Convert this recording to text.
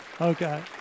Okay